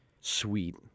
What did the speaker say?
sweet